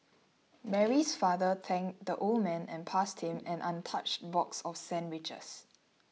Mary's father thanked the old man and passed him an untouched box of sandwiches